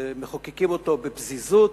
שמחוקקים אותו בפזיזות,